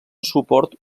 suport